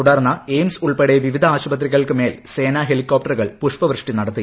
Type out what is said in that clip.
തുടർന്ന് എയിംസ് ഉൾപ്പെടെ വിവിധ ആശുപത്രികൾക്ക് മേൽ സേനാ ഹെലികോപ്റ്ററുകൾ പുഷ്പവൃഷ്ടി നടത്തി